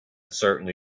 certainly